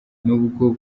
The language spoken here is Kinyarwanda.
n’ubwo